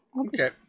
Okay